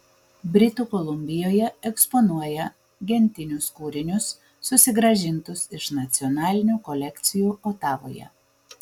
britų kolumbijoje eksponuoja gentinius kūrinius susigrąžintus iš nacionalinių kolekcijų otavoje